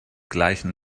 gleichen